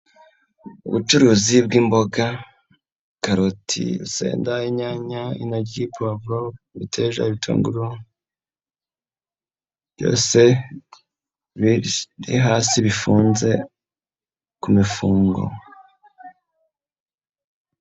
Ubucuruzi bw'imboga karoti, urusenda, inyanya, intoryi, puwavuro, ibitunguru, byose birii hasi bifunze ku mifungo.